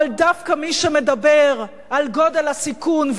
אבל דווקא מי שמדבר על גודל הסיכון,